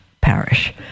parish